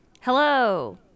Hello